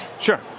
Sure